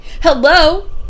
Hello